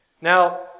Now